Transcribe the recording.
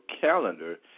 calendar